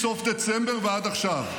מסוף דצמבר ועד עכשיו,